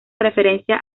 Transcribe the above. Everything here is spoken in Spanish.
referencia